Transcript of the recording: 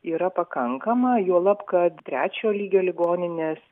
yra pakankama juolab kad trečio lygio ligoninės